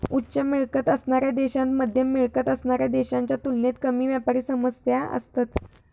उच्च मिळकत असणाऱ्या देशांत मध्यम मिळकत असणाऱ्या देशांच्या तुलनेत कमी व्यापारी समस्या असतत